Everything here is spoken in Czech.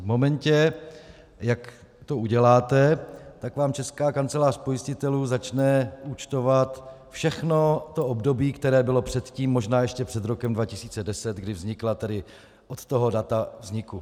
V momentě, jak to uděláte, tak vám Česká kancelář pojistitelů začne účtovat všechno to období, které bylo předtím, možná ještě před rokem 2010, kdy vznikla, tedy od toho data vzniku.